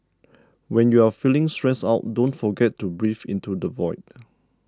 when you are feeling stressed out don't forget to breathe into the void